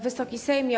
Wysoki Sejmie!